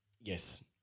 Yes